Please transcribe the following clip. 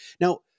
Now